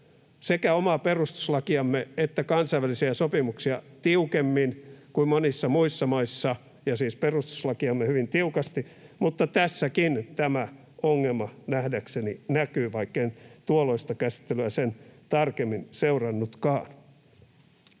omaa perustuslakiamme hyvin tiukasti ja kansainvälisiä sopimuksia tiukemmin kuin monissa muissa maissa, mutta tässäkin tämä ongelma nähdäkseni näkyy, vaikken tuolloista käsittelyä sen tarkemmin seurannutkaan.